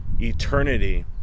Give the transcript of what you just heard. eternity